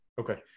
okay